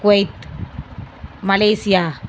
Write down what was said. Kuwait Malaysia